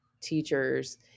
teachers